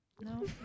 no